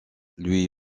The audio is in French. lui